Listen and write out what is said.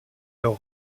leurs